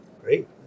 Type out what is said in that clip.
Great